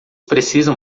precisam